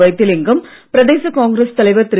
வைத்திலிங்கம் பிரதேச காங்கிரஸ் தலைவர் திரு